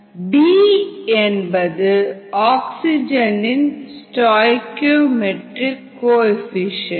b என்பது ஆக்ஸிஜனின் stoichiometric coefficient